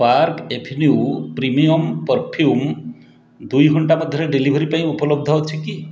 park avenue premium perfume ଦୁଇ ଘଣ୍ଟା ମଧ୍ୟରେ ଡେଲିଭରି ପାଇଁ ଉପଲବ୍ଧ ଅଛି କି